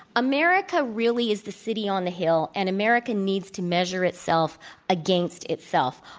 america really is the city on the hill, and america needs to measure itself against itself.